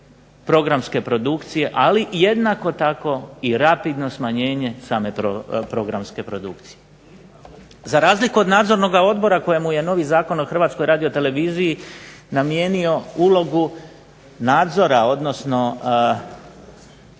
programske produkcije, ali jednako tako i rapidno smanjenje same programske produkcije. Za razliku od Nadzornoga odbora kojemu je novi Zakon o Hrvatskoj radioteleviziji namijenio ulogu nadzora odnosno